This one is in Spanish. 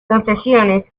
concesiones